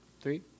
three